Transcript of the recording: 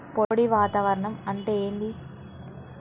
పొడి వాతావరణం అంటే ఏంది?